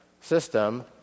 system